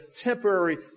temporary